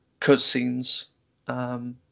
cutscenes